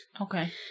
Okay